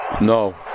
No